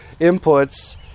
inputs